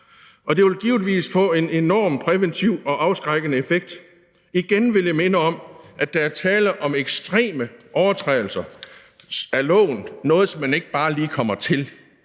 og det vil givetvis få en enorm præventiv og afskrækkende effekt. Igen vil jeg minde om, at der er tale om ekstreme overtrædelser af loven, altså noget, man ikke bare lige kommer til.